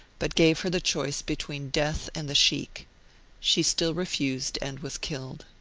but gave her the choice between death and the sheikh she still refused, and was killed.